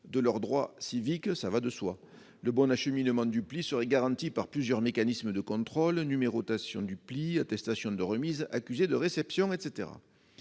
de leurs droits civiques ; le bon acheminement du pli serait garanti par plusieurs mécanismes de contrôle : numérotation du pli, attestation de remise, accusé de réception, etc.